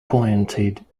pointed